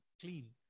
clean